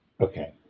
Okay